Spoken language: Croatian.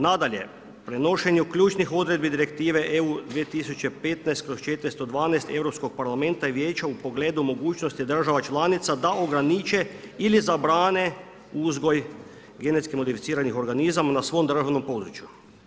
Nadalje, prenošenju ključnih odredbi Direktive EU 2015/412 Europskog parlamenta i Vijeća u pogledu mogućnosti država članica da ograniče ili zabrane uzgoj genetski modificiranih organizama na svom državnom području.